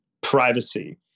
privacy